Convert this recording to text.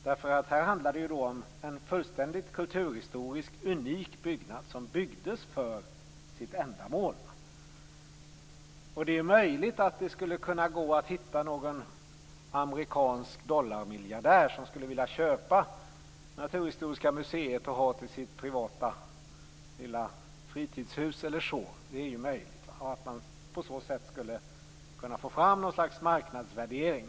Det handlar nämligen om en kulturhistoriskt fullständigt unik byggnad som byggdes för sitt ändamål. Det är möjligt att det skulle kunna gå att hitta någon amerikansk dollarmiljardär som skulle vilja köpa Naturhistoriska riksmuseet för att ha som sitt privata lilla fritidshus eller så. På så sätt skulle man kunna få fram något slags marknadsvärdering.